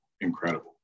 incredible